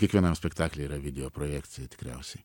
kiekvienam spektakly yra video projekcija tikriausiai